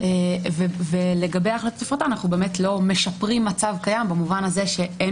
אנחנו לא באמת משפרים מצב קיים במובן הזה שאין